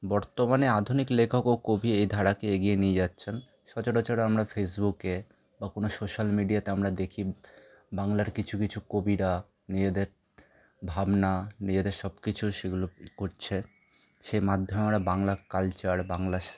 বর্তমানে আধুনিক লেখক ও কবি এ ধারাকে এগিয়ে নিয়ে যাচ্ছেন সচরাচর আমরা ফেসবুকে বা কোনও সোশ্যাল মিডিয়াতে আমরা দেখি বাংলার কিছু কিছু কবিরা নিজেদের ভাবনা নিজেদের সব কিছু সেগুলো করছে সে মাধ্যমে আমরা বাংলা কালচার বাংলা